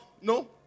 no